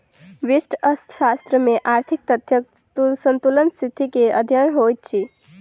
व्यष्टि अर्थशास्त्र में आर्थिक तथ्यक संतुलनक स्थिति के अध्ययन होइत अछि